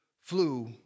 flew